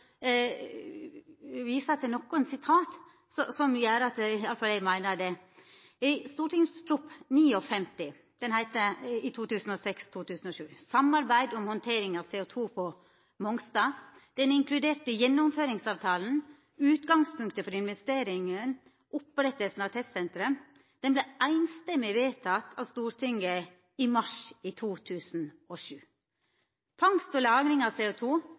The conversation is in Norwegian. til nokon sitat som gjer at iallfall eg meiner det. St.prp. 49 for 2006–2007, Samarbeid om handtering av CO2 på Mongstad – som inkluderte Gjennomføringsavtala, utgangspunktet for investering, opprettinga av testsenteret – vart samrøystes vedteken av Stortinget i mai i 2007. Fangst og lagring av CO2 er omtala i det første klimaforliket i februar 2008, og